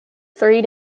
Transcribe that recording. three